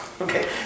Okay